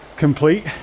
Complete